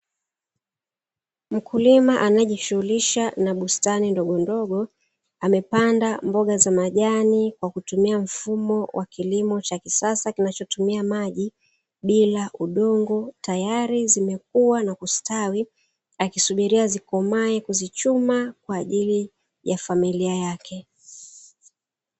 Mkulima anayejishughulisha na bustani ndogo ndogo, amepanda mboga za majani kwa kutumia mfumo wa kilimo cha kisasa kinachotumia maji bila udongo, tayar zimekuwa na kustawi akisubiria zikomae kuzichuma kwa ajili ya familia yake.